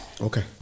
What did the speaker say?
Okay